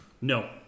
No